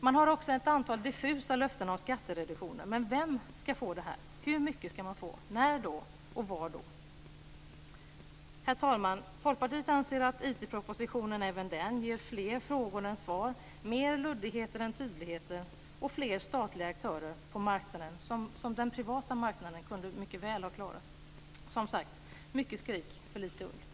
Man har också ett antal diffusa löften om skattereduktion. Men vem ska få det här? Hur mycket ska man få? När och var ska man få det? Herr talman! Folkpartiet anser att även IT propositionen ger fler frågor än svar. Det är mer luddigheter än tydligheter, och det är fler statliga aktörer på marknaden. Den privata marknaden kunde mycket väl ha klarat det här. Det är som sagt mycket skrik för lite ull. Tack!